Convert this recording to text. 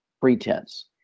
pretense